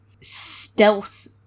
stealth